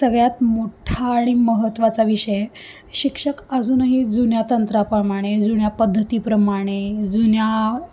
सगळ्यात मोठा आणि महत्त्वाचा विषय शिक्षक अजूनही जुन्या तंत्राप्रमाणे जुन्या पद्धतीप्रमाणे जुन्या